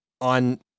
on